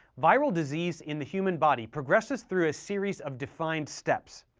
viral disease in the human body progresses through a series of defined steps,